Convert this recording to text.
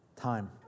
time